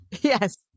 Yes